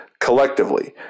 collectively